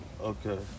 Okay